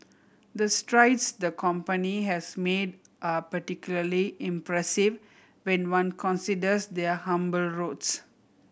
the strides the company has made are particularly impressive when one considers their humble roots